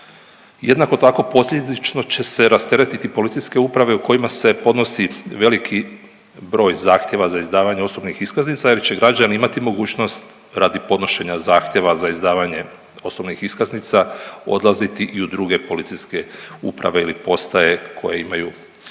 Jednako tako posljedično će se rasteretiti policijske uprave u kojima se podnosi veliki broj zahtjeva za izdavanje osobnih iskaznica jer će građani imati mogućnost radi podnošenja zahtjeva za izdavanje osobnih iskaznica odlaziti i u druge policijske uprave ili postaje koje imaju manji